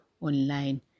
online